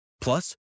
Plus